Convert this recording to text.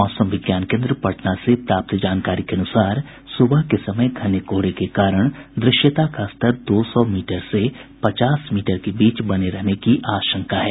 मौसम विज्ञान केन्द्र पटना से प्राप्त जानकारी के अनुसार सुबह के समय घने कोहरे के कारण दृश्यता का स्तर दो सौ मीटर से पचास मीटर के बीच बने रहने की आशंका है